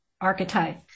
archetype